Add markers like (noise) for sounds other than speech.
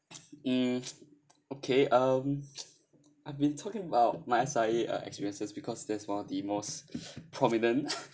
mm okay um (noise) I've been talking about my S_I_A uh experiences because that's one of the most prominent (coughs)